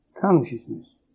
consciousness